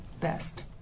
best